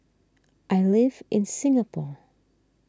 I live in Singapore